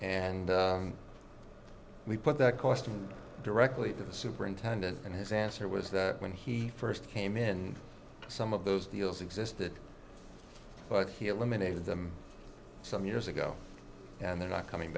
and we put that question directly to the superintendent and his answer was that when he first came in some of those deals existed but he eliminated them some years ago and they're not coming